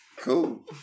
Cool